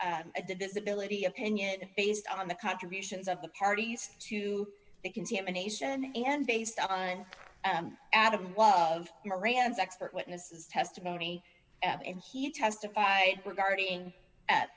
divisibility opinion based on the contributions of the parties to the contamination and based on out of of moran's expert witnesses testimony and he testified regarding